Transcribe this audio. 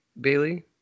Bailey